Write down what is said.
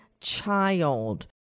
child